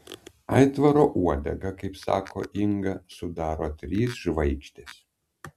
aitvaro uodegą kaip sako inga sudaro trys žvaigždės